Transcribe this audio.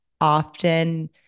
often